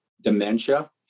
dementia